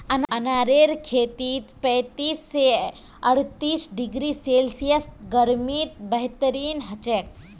अनारेर खेती पैंतीस स अर्तीस डिग्री सेल्सियस गर्मीत बेहतरीन हछेक